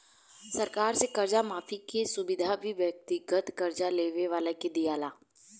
सरकार से कर्जा माफी के सुविधा भी व्यक्तिगत कर्जा लेवे वाला के दीआला